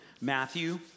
Matthew